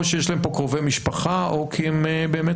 או שיש להם פה קרובי משפחה או כי הם באמת